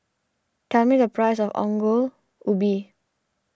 tell me the price of Ongol Ubi